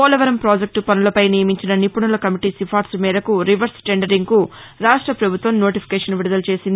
Polavaram project పనులపై నియమించిన నిపుణుల కమిటీ సిఫారసు మేరకు రివర్స్ టెండరింగ్కు రాష్ట ప్రభుత్వం నోటిఫికేషన్ విడుదల చేసింది